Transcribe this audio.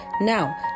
Now